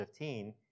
15